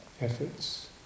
efforts